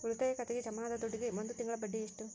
ಉಳಿತಾಯ ಖಾತೆಗೆ ಜಮಾ ಆದ ದುಡ್ಡಿಗೆ ಒಂದು ತಿಂಗಳ ಬಡ್ಡಿ ಎಷ್ಟು?